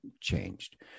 changed